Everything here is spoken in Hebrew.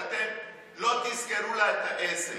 כי אתם לא תסגרו לה את העסק.